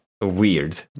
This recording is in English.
weird